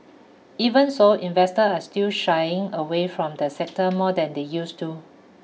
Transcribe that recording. even so investors are still shying away from the sector more than they used to